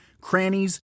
crannies